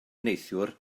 neithiwr